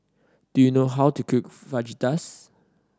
do you know how to cook Fajitas